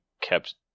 kept